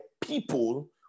people